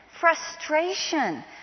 frustration